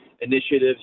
initiatives